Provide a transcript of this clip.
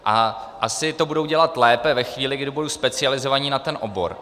A asi to budou dělat lépe ve chvíli, kdy budou specializovaní na ten obor.